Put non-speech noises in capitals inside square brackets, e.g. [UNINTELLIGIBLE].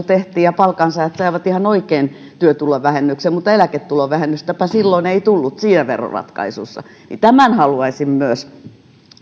[UNINTELLIGIBLE] tehtiin ja palkansaajat saivat ihan oikein työtulovähennyksen mutta eläketulon vähennystäpä ei tullut silloin siinä veroratkaisussa haluaisin että myös